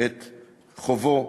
את חובו.